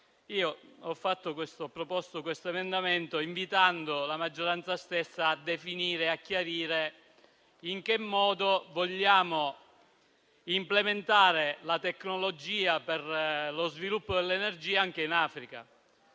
ho proposto questo emendamento, invitando la maggioranza stessa a definire e a chiarire in che modo vogliamo implementare la tecnologia per lo sviluppo dell'energia in Africa.